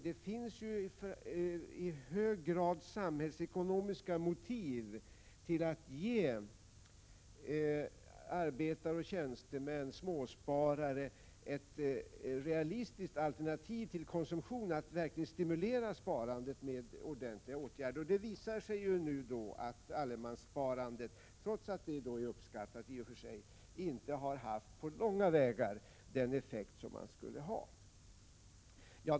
Det finns i hög grad samhällsekonomiska motiv till att ge arbetare och tjänstemän, småsparare, ett realistiskt alternativ till konsumtion, dvs. att verkligen stimulera sparandet med ordentliga åtgärder. Det visar sig ju nu att allemanssparandet, trots att det i och för sig är uppskattat, inte på långa vägar har haft den effekt som det borde ha.